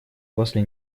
после